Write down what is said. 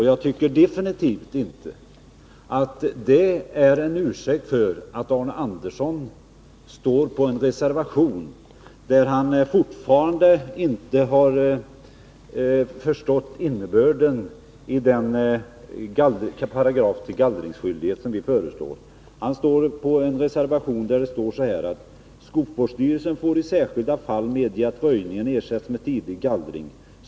Jag tycker definitivt inte att det är en ursäkt för att Arne Andersson står för en reservation som innebär att han fortfarande inte förstått innebörden i den paragraf om gallringsskyldighet som vi föreslår. Hans namn står på en reservation där det heter så här: ”Skogsvårdsstyrelsen får i särskilda fall medge att röjningen ersätts med tidig gallring.